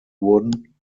wurden